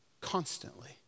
Constantly